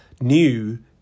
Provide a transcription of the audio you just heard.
new